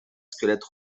squelette